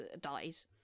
dies